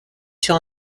sur